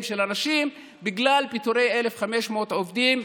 של אנשים בגלל פיטורי 1,500 עובדים,